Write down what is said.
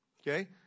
Okay